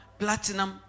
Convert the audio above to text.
platinum